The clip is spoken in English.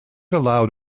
allowed